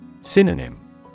Synonym